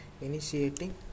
initiating